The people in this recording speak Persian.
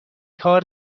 کار